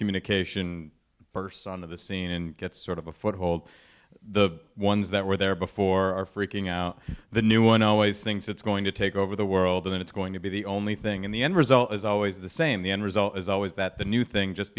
communication first son of the scene in that sort of a foothold the ones that were there before are freaking out the new one always things it's going to take over the world and it's going to be the only thing in the end result is always the same the end result is always that the new thing just